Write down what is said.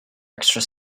extra